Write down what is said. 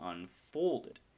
unfolded